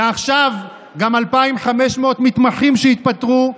ועכשיו גם 2,500 מתמחים שהתפטרו,